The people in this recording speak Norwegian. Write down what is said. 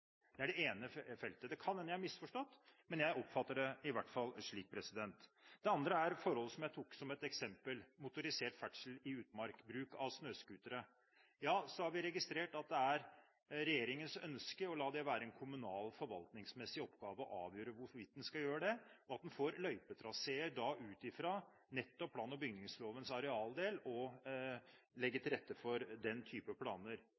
Det er det ene feltet. Det kan hende jeg har misforstått, men jeg oppfatter det i hvert fall slik. Det andre er forhold jeg tok som et eksempel: motorisert ferdsel i utmark, bruk av snøscootere. Ja, vi har registrert at det er regjeringens ønske at det skal være en kommunal forvaltningsmessig oppgave å avgjøre hvorvidt en skal tillate det, slik at en da får løypetraseer ut fra nettopp plan- og bygningslovens arealdel og å legge til rette for den type planer.